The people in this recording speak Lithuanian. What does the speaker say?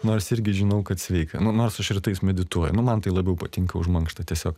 nors irgi žinau kad sveika nu nors aš rytais medituoju nu man tai labiau patinka už mankštą tiesiog